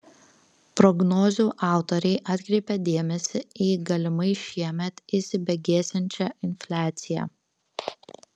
prognozių autoriai atkreipia dėmesį į galimai šiemet įsibėgėsiančią infliaciją